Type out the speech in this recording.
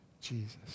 Jesus